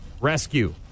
Rescue